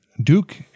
Duke